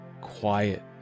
quiet